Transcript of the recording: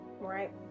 right